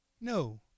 No